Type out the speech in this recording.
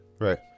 right